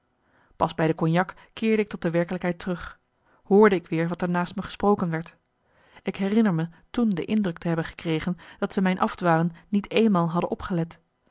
pas bij de cognac keerde ik tot de werkelijkheid terug hoorde ik weer wat er naast me gesproken werd ik herinner me toen de indruk te hebben gekregen dat ze mijn afdwalen niet eenmaal hadden opgelet